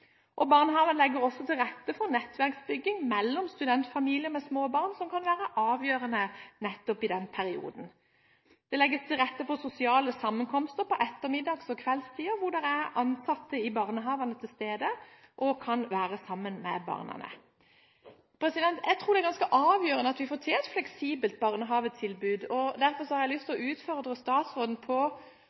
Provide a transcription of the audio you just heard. Barnehagene legger også til rette for nettverksbygging mellom studentfamilier med små barn, noe som kan være avgjørende nettopp i den perioden. Det legges til rette for sosiale sammenkomster på ettermiddags- og kveldstid, der det er ansatte i barnehagene til stede som kan være sammen med barna. Jeg tror det er ganske avgjørende at vi får til et fleksibelt barnehagetilbud. Derfor har jeg lyst til å utfordre statsråden på